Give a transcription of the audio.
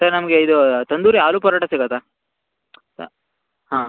sir ನಮಗೆ ಇದು ತಂದೂರಿ ಆಲೂ ಪರೋಟ ಸಿಗುತ್ತಾ ಹಾಂ